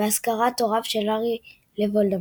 ובהסגרת הוריו של הארי לוולדמורט.